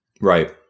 Right